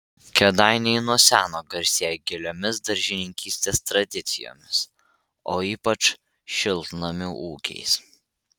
kėdainiai nuo seno garsėja giliomis daržininkystės tradicijomis o ypač šiltnamių ūkiais